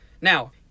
Now